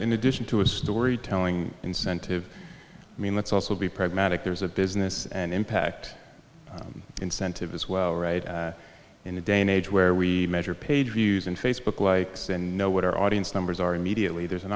in addition to a storytelling incentive i mean let's also be pragmatic there's a business and impact incentive as well right in a day and age where we measure page views and facebook likes and know what our audience numbers are immediately there's an